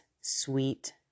sweet